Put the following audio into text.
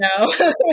No